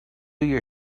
your